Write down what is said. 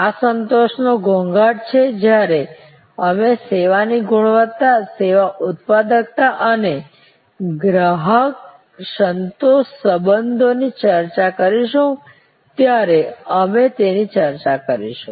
આ સંતોષનો ઘોંઘાટ છે જ્યારે અમે સેવાની ગુણવત્તા સેવા ઉત્પાદકતા અને ગ્રાહક સંતોષ સંબંધોની ચર્ચા કરીશું ત્યારે અમે એની ચર્ચા કરીશું